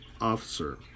officer